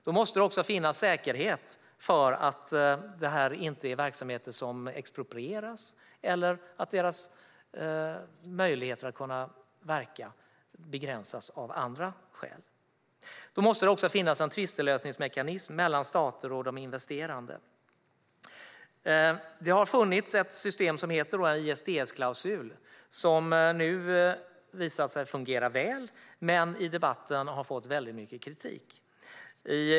Då måste det finnas försäkringar om att verksamheten inte kommer att exproprieras och om att företagets möjligheter att verka inte begränsas av andra skäl. Det måste finnas en tvistlösningsmekanism för att hantera tvister mellan stater och de investerande. Det har funnits ett system, den så kallade ISDS-klausulen, som har visat sig fungera väl men som i debatten har fått väldigt mycket kritik.